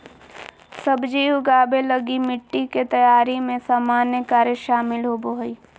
सब्जी उगाबे लगी मिटटी के तैयारी में सामान्य कार्य शामिल होबो हइ